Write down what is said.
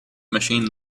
machine